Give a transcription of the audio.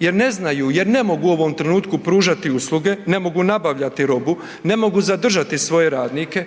jer ne znaju, jer ne mogu u ovom trenutku pružati usluge, ne mogu nabavljati robu, ne mogu zadržati svoje radnike,